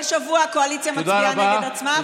כל שבוע הקואליציה מצביעה נגד עצמה,